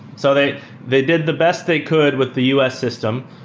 so they they did the best they could with the us system,